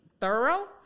thorough